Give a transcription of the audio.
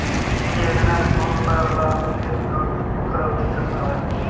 ये योजना मे कोन ला लाभ मिलेल और ओकर अवधी कतना होएल